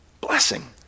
blessing